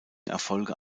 erfolge